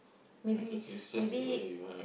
maybe maybe